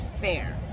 fair